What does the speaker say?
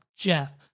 Jeff